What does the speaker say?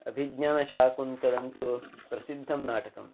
अभिज्ञानशाकुन्तलं तु प्रसिद्धं नाटकम्